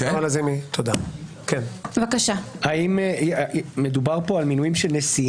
חברי ועדה לדיון בוועדה וברוב של ארבעה ממנים -- למה